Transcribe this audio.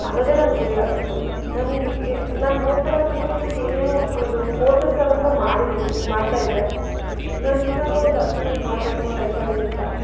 ಅನ್ನೋದೇ ನನ್ನ ಗುರಿಯಾಗಿತ್ತು ನಾನು ಎ ನಾನು ಓದ್ತಾ ಇರೋ ಸಂದರ್ಭ್ದಲ್ಲಿ ಏನೇನೋ ಒಂದು ಕೋರ್ಸಸ್ ಅದು ಕೂಡ ಮಾಡಿದ್ದೀನಿ ಮಾಡ್ತಾ ಇದ್ದೆ ನಾನು ಏನಾದರೂ ಒಂದು ಅಚೀವ್ಮೆಂಟ್ ಮಾಡಬೇಕು ಲೈಫಲ್ಲಿ ಅಂತ